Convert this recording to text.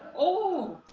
oh!